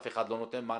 אף אחד לא נותן מענקים,